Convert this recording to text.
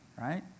right